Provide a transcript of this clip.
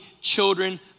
children